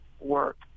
work